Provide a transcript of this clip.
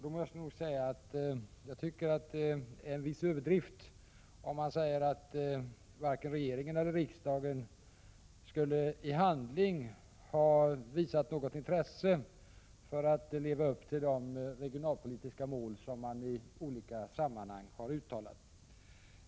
Då måste jag nog säga att det är en viss överdrift om man påstår att varken regeringen eller riksdagen i handling skulle ha visat något intresse för att leva upp till de regionalpolitiska mål som man i olika sammanhang har uttalat.